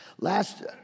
Last